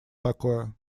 такое